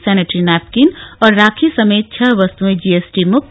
sanitary napkin और राखी सहित छह वस्तुएं जीएसटी मुक्त